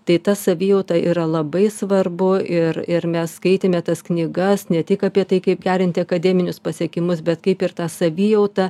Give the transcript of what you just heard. tai ta savijauta yra labai svarbu ir ir mes skaitėme tas knygas ne tik apie tai kaip gerinti akademinius pasiekimus bet kaip ir tą savijautą